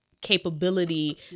capability